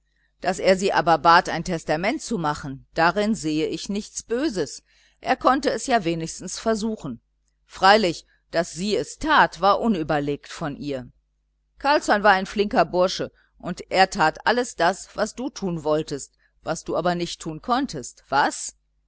daß er sie aber bat ein testament zu machen darin sehe ich nichts böses er konnte es ja wenigstens versuchen freilich daß sie es tat war unüberlegt von ihr carlsson war ein flinker bursche und er tat alles das was du tun wolltest was du aber nicht konntest was